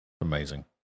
Amazing